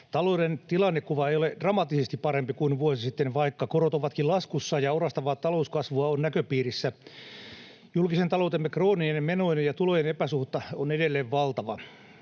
Talouden tilannekuva ei ole dramaattisesti parempi kuin vuosi sitten, vaikka korot ovatkin laskussa ja orastavaa talouskasvua on näköpiirissä. Julkisen taloutemme krooninen menojen ja tulojen epäsuhta on edelleen valtava.